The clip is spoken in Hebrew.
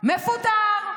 מפוטר,